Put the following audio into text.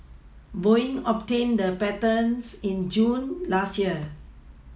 Boeing obtained the patents in June last year